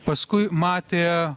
paskui matė